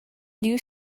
new